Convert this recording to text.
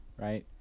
right